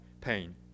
pain